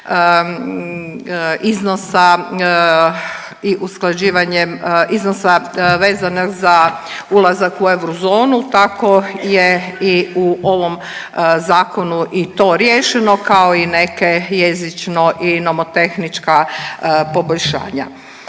iznosa i usklađivanjem iznosa vezano za ulazak u eurozonu tako je i u ovom zakonu i to riješeno kao i neke jezično i nomotehnička poboljšanja.